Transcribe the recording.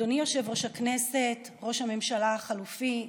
אדוני יושב-ראש הכנסת, ראש הממשלה החליפי,